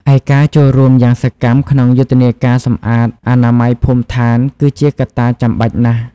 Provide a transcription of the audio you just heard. ឯការចូលរួមយ៉ាងសកម្មក្នុងយុទ្ធនាការសម្អាតអនាម័យភូមិឋាន គឺជាកត្តាចាំបាច់ណាស់។